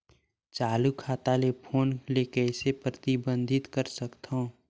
चालू खाता ले फोन ले कइसे प्रतिबंधित कर सकथव?